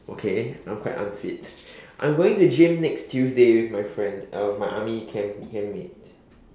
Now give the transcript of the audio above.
okay I'm quite unfit I'm going to gym next Tuesday with my friend uh my army camp camp mate